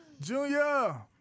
Junior